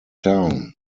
town